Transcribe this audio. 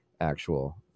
actual